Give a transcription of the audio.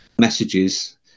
messages